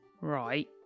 Right